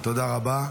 תודה רבה.